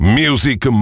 music